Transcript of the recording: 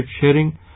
sharing